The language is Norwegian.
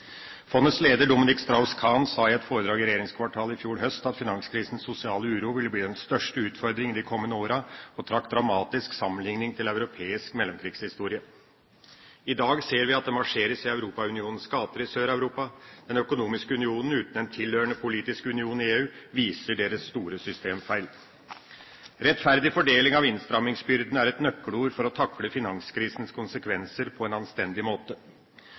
Fondets leder, Dominique Strauss-Kahn, sa i et foredrag i regjeringskvartalet i fjor høst at finanskrisens sosiale uro ville bli den største utfordring i de kommende åra, og trakk en dramatisk sammenligning til europeisk mellomkrigshistorie. I dag ser vi at det marsjeres i Europaunionens gater i Sør-Europa. Den økonomiske unionen, uten en tilhørende politisk union i EU, viser dens store systemfeil. Rettferdig fordeling av innstrammingsbyrden er et nøkkelord for å takle finanskrisens konsekvenser på en anstendig måte.